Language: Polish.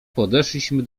podeszliśmy